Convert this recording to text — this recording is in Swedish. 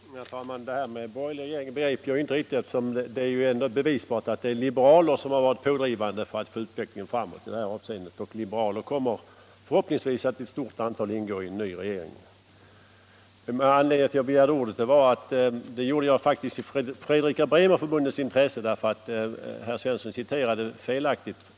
Herr talman! Det sista om en borgerlig regering begrep jag inte riktigt. Det är ju ändå liberaler som har varit pådrivande när det gällt att föra utvecklingen framåt i det här avseendet, och liberaler kommer förhoppningsvis att i stort antal ingå i en ny regering. Jag begärde faktiskt ordet i Fredrika-Bremer-Förbundets intresse, eftersom herr Svensson i Malmö citerade felaktigt.